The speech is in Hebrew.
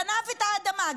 גנב את האדמה,